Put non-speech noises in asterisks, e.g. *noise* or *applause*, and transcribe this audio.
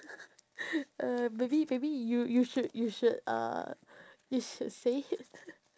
*noise* uh maybe maybe you you should you should uh you should say it